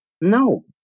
No